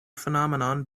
phenomenon